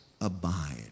abide